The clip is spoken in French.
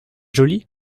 jolie